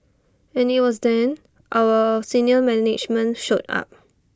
and IT was then our senior management showed up